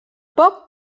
poc